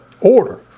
order